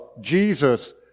Jesus